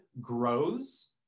grows